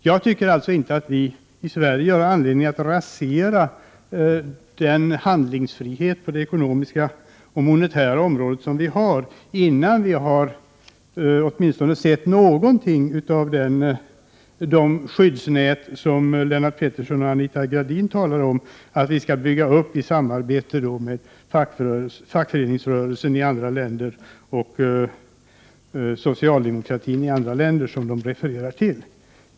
Jag tycker alltså inte att vi i Sverige har anledning att rasera den handlingsfrihet på det ekonomiska och monetära området som vi har, innan vi har sett åtminstone någonting av de skyddsnät som Lennart Pettersson och Anita Gradin talar om att vi skall bygga upp i samarbete med fackföreningsrörelsen och socialdemokratin i andra länder.